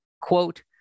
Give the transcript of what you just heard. quote